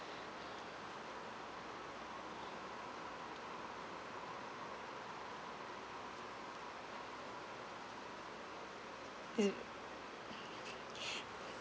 it's